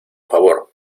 favor